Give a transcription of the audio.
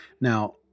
Now